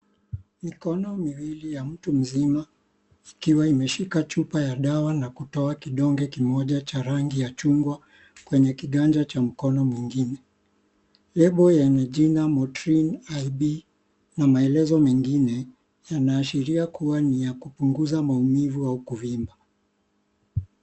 Mikono miwili ya mtu mzima, ikiwa imeshika chupa ya dawa na kutoa kidonge kimoja cha rangi ya chungwa kwenye kiganja cha mkono mwingine. Label yenye jina Motrin ID na maelezo mengine, yanaashiria kuwa ni ya kupunguza maumivu au kuvimba.